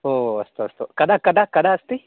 हो अस्तु अस्तु कदा कदा कदा अस्ति